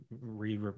re